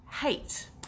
hate